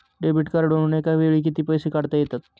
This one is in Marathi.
डेबिट कार्डवरुन एका वेळी किती पैसे काढता येतात?